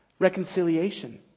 reconciliation